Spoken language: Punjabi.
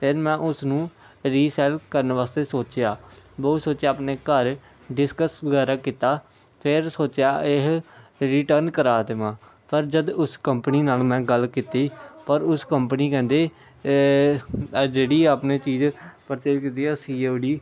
ਫਿਰ ਮੈਂ ਉਸਨੂੰ ਰੀਸੇਲ ਕਰਨ ਵਾਸਤੇ ਸੋਚਿਆ ਬਹੁਤ ਸੋਚਿਆ ਆਪਣੇ ਘਰ ਡਿਸਕਸ ਵਗੈਰਾ ਕੀਤਾ ਫਿਰ ਸੋਚਿਆ ਇਹ ਰਿਟਰਨ ਕਰਾ ਦੇਵਾਂ ਪਰ ਜਦ ਉਸ ਕੰਪਨੀ ਨਾਲ ਮੈਂ ਗੱਲ ਕੀਤੀ ਪਰ ਉਸ ਕੰਪਨੀ ਕਹਿੰਦੇ ਆ ਜਿਹੜੀ ਆਪਣੇ ਚੀਜ਼ ਪਰਚੇਜ ਕੀਤੀ ਹੈ ਸੀ ਓ ਡੀ